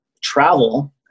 travel